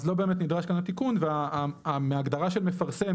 אז לא באמת נדרש כאן התיקון ומהגדרה של "מפרסם"